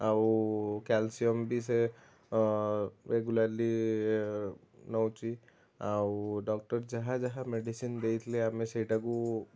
ଆଉ କ୍ୟାଲସିୟମ ବି ସେ ରେଗୁଲାରଲି ନେଉଛି ଆଉ ଡ଼କ୍ଟର ଯାହା ଯାହା ମେଡ଼ିସିନ ଦେଇଥିଲେ ଆମେ ସେଇଟାକୁ